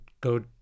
go